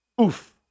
Oof